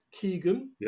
Keegan